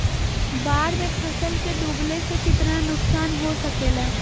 बाढ़ मे फसल के डुबले से कितना नुकसान हो सकेला?